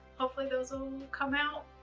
hopefully, those will come out